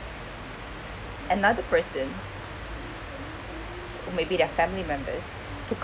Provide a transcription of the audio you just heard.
another person or maybe their family members to